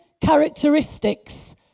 characteristics